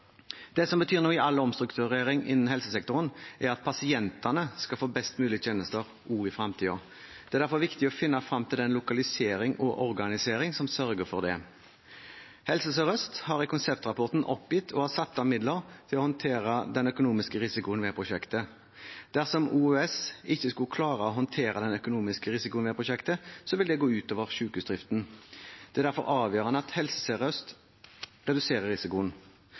Det som betyr noe i all omstrukturering innen helsesektoren, er at pasientene skal få best mulig tjenester også i fremtiden. Det er derfor viktig å finne frem til den lokaliseringen og organiseringen som sørger for det. Helse Sør-Øst har i konseptrapporten oppgitt å ha satt av midler til å håndtere den økonomiske risikoen ved prosjektet. Dersom OUS ikke skulle klare å håndtere den økonomiske risikoen ved prosjektet, vil det gå ut over sykehusdriften. Det er derfor avgjørende at Helse Sør-Øst reduserer risikoen.